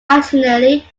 additionally